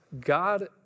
God